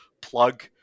plug